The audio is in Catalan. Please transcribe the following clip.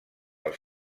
els